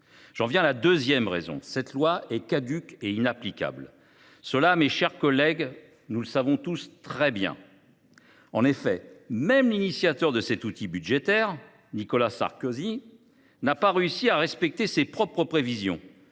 le rejet de ce texte : ce projet de loi est caduc et inapplicable. Cela, mes chers collègues, nous le savons tous très bien. En effet, même l’initiateur de cet outil budgétaire, Nicolas Sarkozy, n’a pas réussi à respecter ses propres prévisions.